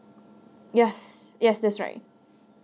yes yes that's right